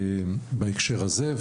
בהקשר הזה,